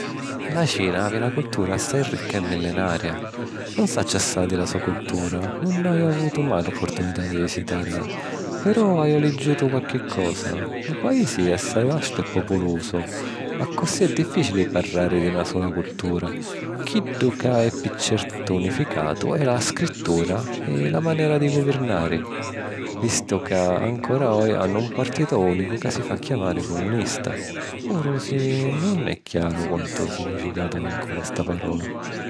La Cina havi na cultura assai ricca e millenaria. Nun sacciu assai di la so cultura, nun haju avutu mai l’opportunità di visitàrila, però haju liggiutu qualchi cosa. Lu paisi è assai vastu e populusu, accussì è dìfficili parrari di na sula cultura. Chiddu ca è pi certu unificatu è la scrittura e la manera di guvirnari, vistu ca ancora oji hannu un partitu ùnicu ca si fa chiamari "comunista", puru si nun è chiaru quantu significatu havi ancora sta parola.